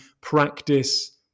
practice